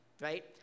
right